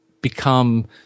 become